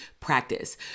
practice